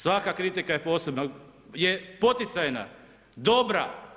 Svaka kritika je posebna, je poticajna, dobra.